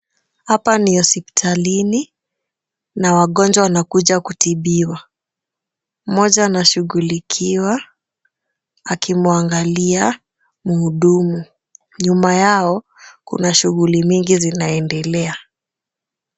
Hapa ni hospitalini na wagonjwa wanakuja kutibiwa moja anashughulikiwa akimwangalia mhudumu, nyuma yao kuna shughuli mingi zinaendelea